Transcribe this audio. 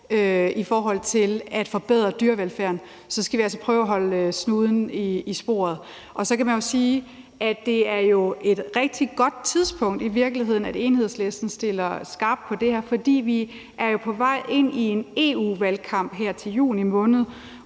i forhold til at forbedre dyrevelfærden, så skal prøve at holde snuden i sporet. Så kan man jo også sige, at det i virkeligheden er et rigtig godt tidspunkt, Enhedslisten stiller skarpt på det her. For vi er jo på vej ind i en EU-valgkamp og et valg her i juni måned,